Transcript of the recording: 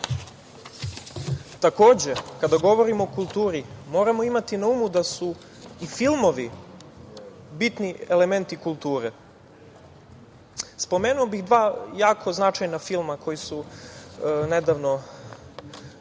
kada govorimo o kulturi, moramo imati na umu da su i filmovi bitni elementi kulture. Spomenuo bih dva jako značajna filma koji su nedavno